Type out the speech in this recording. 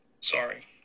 Sorry